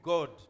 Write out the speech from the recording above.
God